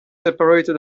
separated